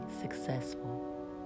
successful